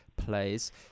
plays